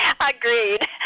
Agreed